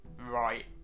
right